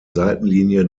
seitenlinie